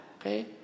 okay